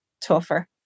tougher